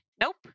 Nope